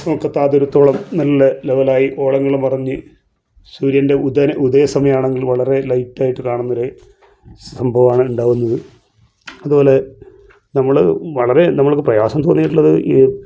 നോക്കെത്താ ദൂരത്തോളം നല്ല ലെവലായി ഓളങ്ങളും മറഞ്ഞ് സൂര്യൻ്റെ ഉദന ഉദയസമയം ആണെങ്കിൽ വളരെ ലൈറ്റായിട്ട് കാണുന്ന ഒരു സംഭവമാണ് ഉണ്ടാകുന്നത് അതുപോലെ നമ്മള് വളരെ നമ്മൾക്ക് പ്രയാസം തോന്നിയിട്ടുള്ളത് ഈ